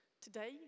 Today